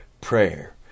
prayer